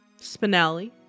Spinelli